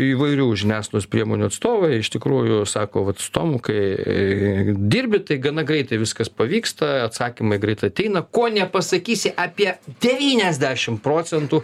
įvairių žiniasklaidos priemonių atstovai iš tikrųjų sako vat su tomu kai dirbi tai gana greitai viskas pavyksta atsakymai greit ateina ko nepasakysi apie devyniasdešim procentų